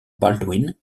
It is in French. baldwin